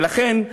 ולכן,